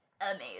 amazing